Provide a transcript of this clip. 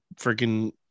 freaking